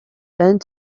bent